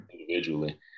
individually